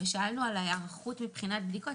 ושאלנו על ההיערכות בבדיקות,